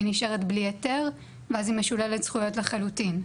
היא נשארת בלי היתר ואז היא משוללת זכויות לחלוטין.